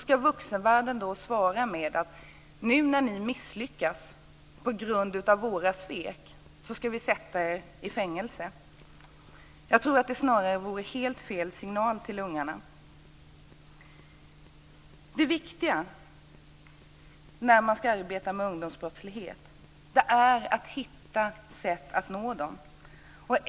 Ska vuxenvärlden svara med att säga att nu när ni misslyckas på grund av våra svek ska vi sätta er i fängelse? Jag tror att det snarare vore helt fel signal till ungarna. Det viktiga när man ska arbeta med ungdomsbrottslighet är att hitta sätt att nå ungdomarna.